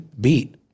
beat